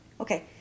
okay